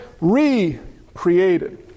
recreated